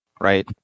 right